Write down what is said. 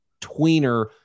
tweener